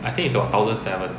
I think it's about thousand seven